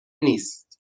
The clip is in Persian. نیست